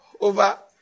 Over